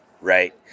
Right